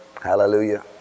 Hallelujah